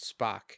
Spock